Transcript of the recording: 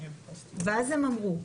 ואז הם אמרו,